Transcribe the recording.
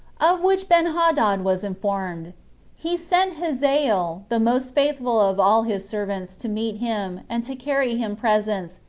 of which benhadad was informed he sent hazael, the most faithful of all his servants, to meet him, and to carry him presents,